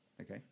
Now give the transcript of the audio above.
Okay